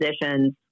positions